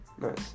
Nice